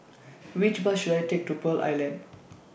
Which Bus should I Take to Pearl Island